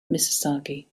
misasagi